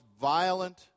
violent